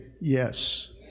yes